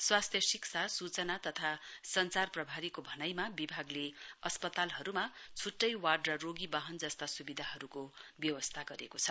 स्वास्थ्य शिक्षा तथा संचार अधिकारीको भनाइमा विभागले अस्पतालहरूमा छुट्टै वार्ड र रोगीवाहन जस्ता सुविधाहरूको व्यवस्था गरेको छ